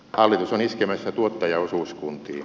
hallitus on iskemässä tuottajaosuuskuntiin